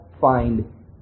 find